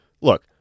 look